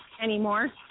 anymore